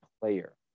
player